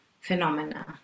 phenomena